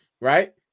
right